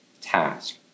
task